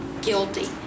guilty